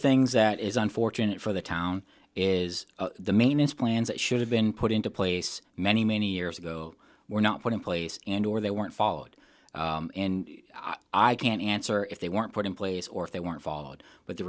things that is unfortunate for the town is the main is planned that should have been put into place many many years ago were not put in place and or they weren't followed i can't answer if they weren't put in place or if they weren't followed but the